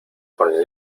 con